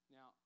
Now